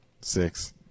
six